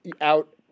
out